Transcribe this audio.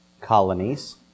colonies